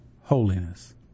holiness